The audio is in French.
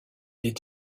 est